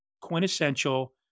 quintessential